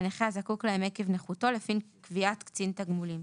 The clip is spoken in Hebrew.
לנכה הזקוק להם עקב נכותו לפי קביעת קצן תגמולים.